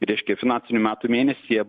reiškia finansinių metų mėnesyje